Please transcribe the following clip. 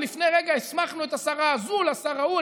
ולפני רגע הסמכנו את השרה הזאת לשר ההוא,